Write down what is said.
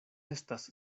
estas